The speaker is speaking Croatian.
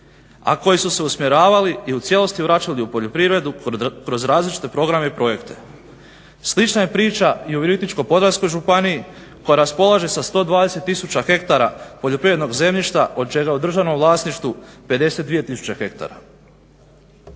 a koji su se usmjeravali i u cijelosti vraćali u poljoprivredu kroz različite programe i projekte. Slična je priča i u Virovitičko-podravskoj županiji koja raspolaže sa 120 tisuća hektara poljoprivrednog zemljišta od čega u državnom vlasništvu 52 tisuće hektara.